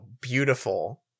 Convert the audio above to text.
beautiful